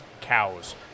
cows